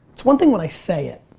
it's one thing when i say it,